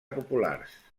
populars